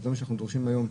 זה מה שאנחנו דרושים היום?